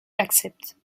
accepte